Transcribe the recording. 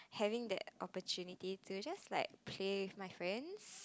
having that opportunity to just like play with my friends